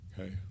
Okay